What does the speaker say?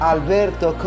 Alberto